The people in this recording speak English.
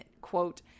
quote